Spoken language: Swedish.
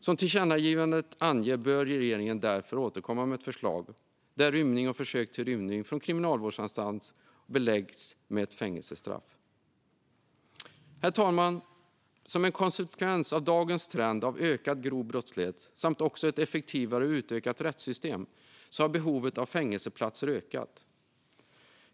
Som tillkännagivandet anger bör regeringen därför återkomma med ett förslag där rymning och försök till rymning från kriminalvårdsanstalt beläggs med ett fängelsestraff. Herr talman! Som en konsekvens av dagens trend av ökad grov brottslighet samt ett effektivare och utökat rättssystem har behovet av fängelseplatser ökat.